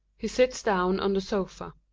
he sits down on the sofa,